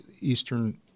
eastern